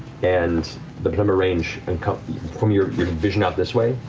and the penumbra range encompasses, from your vision out this way,